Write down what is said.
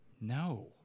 No